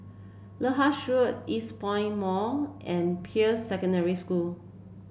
Lyndhurst Road Eastpoint Mall and Peirce Secondary School